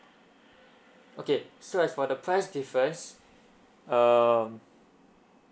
okay so as for the price difference um